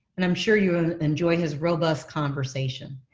and i'm sure you will enjoy his robust conversation.